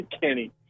Kenny